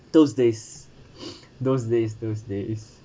those days those days those days